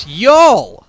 y'all